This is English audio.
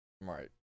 Right